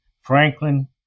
Franklin